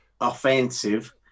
offensive